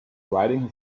riding